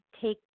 take